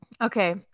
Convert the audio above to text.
okay